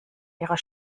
ihrer